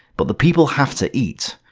but the people have to eat.